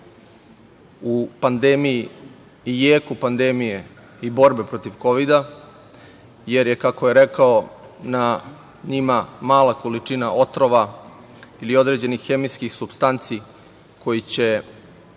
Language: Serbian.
u pandemiji i jeku pandemije i borbe protiv Kovida, jer je kako je rekao na njima mala količina otrova ili određenih hemijskih supstanci koje će